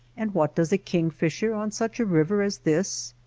and what does a king fisher on such a river as this?